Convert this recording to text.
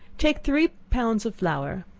take three pounds of flour,